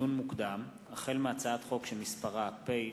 לדיון מוקדם, החל בהצעת חוק פ/1206/18